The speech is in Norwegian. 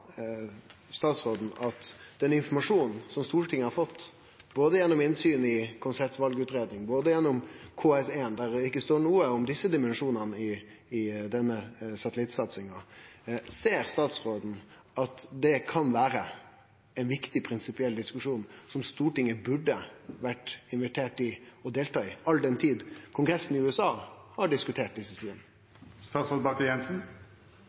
statsråden, når det i den informasjonen som Stortinget har fått, både gjennom innsyn i konseptvalutgreiinga og KS1, ikkje står noko om desse dimensjonane i denne satellittsatsinga – at det kan vere ein viktig prinsipiell diskusjon som Stortinget burde vore invitert til å delta i, all den tid kongressen i USA har diskutert desse sidene? Nei, det ser jeg ikke. Det vi vet, det som er fakta i